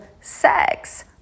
sex